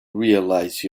realize